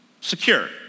secure